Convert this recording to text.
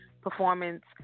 performance